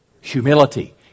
Humility